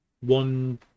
one